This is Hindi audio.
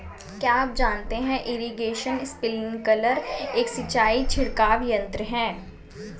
क्या आप जानते है इरीगेशन स्पिंकलर एक सिंचाई छिड़काव यंत्र है?